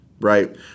right